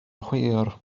hwyr